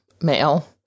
mail